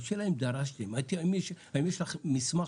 השאלה אם דרשתם, האם יש לך מסמך.